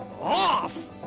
off.